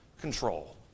control